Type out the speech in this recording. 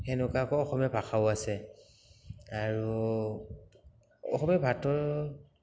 সেনেকুৱাকে অসমীয়া ভাষাও আছে আৰু অসমীয়া ভাতৰ